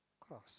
cross